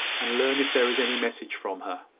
and learn if there is any message from her.